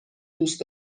دوست